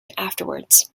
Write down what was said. afterwards